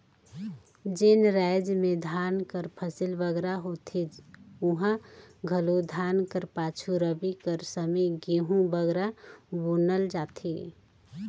जेन राएज में धान कर फसिल बगरा होथे उहां घलो धान कर पाछू रबी कर समे गहूँ बगरा बुनल जाथे